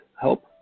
help